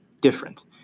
different